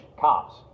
cops